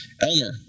Elmer